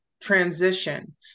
transition